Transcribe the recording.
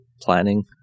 planning